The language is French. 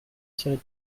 série